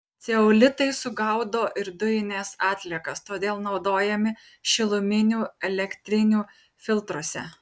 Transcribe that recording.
ceolitai sugaudo ir dujines atliekas todėl naudojami šiluminių elektrinių filtruose